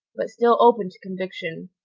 but still open to conviction.